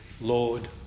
Lord